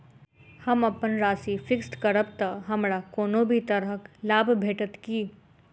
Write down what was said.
हम अप्पन राशि फिक्स्ड करब तऽ हमरा कोनो भी तरहक लाभ भेटत की?